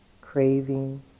craving